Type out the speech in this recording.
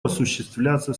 осуществляться